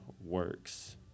works